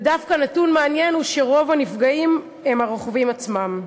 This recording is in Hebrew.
ודווקא נתון מעניין הוא שרוב הנפגעים הם הרוכבים עצמם.